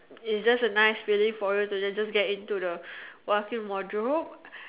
it's just a nice feeling for you to just get into the walk in wardrobe